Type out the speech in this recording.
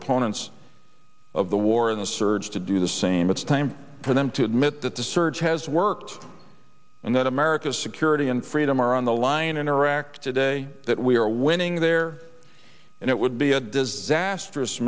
opponents of the war in the surge to do the same it's time for them to admit that the surge has worked and that america's security and freedom are on the line in iraq today that we are winning there and it would be a disastrous